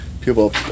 people